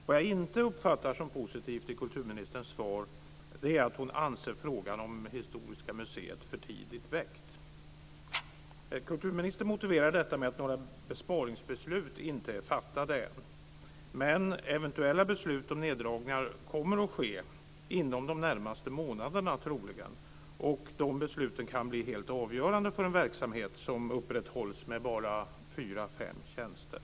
Vad jag inte uppfattar som positivt i kulturministerns svar är att hon anser frågan om historiska museet för tidigt väckt. Kulturministern motiverar detta med att några besparingsbeslut inte är fattade än. Men eventuella beslut om neddragningar kommer troligen att fattas inom de närmaste månaderna. De besluten kan bli helt avgörande för en verksamhet som upprätthålls med bara fyra, fem tjänster.